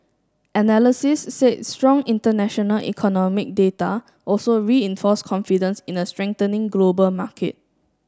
analysis said strong international economic data also reinforced confidence in a strengthening global market